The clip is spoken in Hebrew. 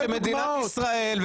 מדינת ישראל,